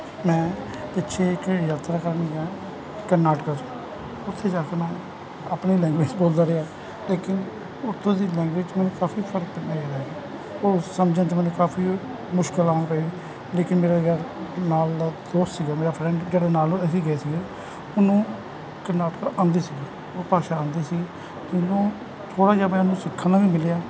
ਮੈਂ ਪਿੱਛੇ ਇੱਕ ਯਾਤਰਾ ਕਰਨ ਗਿਆ ਕਰਨਾਟਕ 'ਚ ਉੱਥੇ ਜਾ ਕੇ ਮੈਂ ਆਪਣੀ ਲੈਂਗੁਏਜ ਬੋਲਦਾ ਰਿਹਾ ਲੇਕਿਨ ਉੱਥੋਂ ਦੀ ਲੈਂਗੁਏਜ 'ਚ ਮੈਨੂੰ ਕਾਫੀ ਫਰਕ ਨਜ਼ਰ ਆਇਆ ਉਹ ਸਮਝਣ 'ਚ ਮੈਨੂੰ ਕਾਫੀ ਮੁਸ਼ਕਿਲ ਆਉਣ ਪਈ ਲੇਕਿਨ ਮੇਰਾ ਯਾਰ ਨਾਲ ਦਾ ਦੋਸਤ ਸੀਗਾ ਮੇਰਾ ਫਰੈਂਡ ਜਿਹਦੇ ਨਾਲ ਅਸੀਂ ਗਏ ਸੀ ਉਹਨੂੰ ਕਰਨਾਟਕ ਆਉਂਦੀ ਸੀ ਉਹ ਭਾਸ਼ਾ ਆਉਂਦੀ ਸੀ ਉਹਨੂੰ ਥੋੜ੍ਹਾ ਜਿਹਾ ਮੈਨੂੰ ਸਿੱਖਣ ਨੂੰ ਵੀ ਮਿਲਿਆ